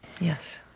Yes